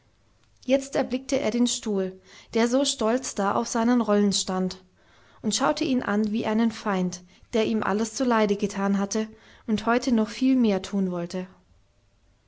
jetzt erblickte er den stuhl der so stolz da auf seinen rollen stand und schaute ihn an wie einen feind der ihm alles zuleide getan hatte und heute noch viel mehr tun wollte